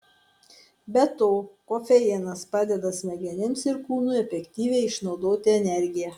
be to kofeinas padeda smegenims ir kūnui efektyviai išnaudoti energiją